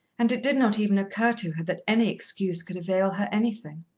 and it did not even occur to her that any excuse could avail her anything.